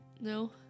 No